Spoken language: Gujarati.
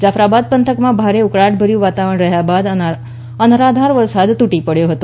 જાફરાબાદ પંથકમાં ભારે ઉકળાટભર્યુ વાતાવરણ રહ્યાં બાદ અનરાધાર વરસાદ તુટી પડયો હતો